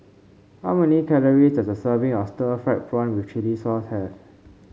how many calories does a serving of Stir Fried Prawn with Chili Sauce have